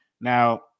Now